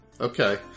Okay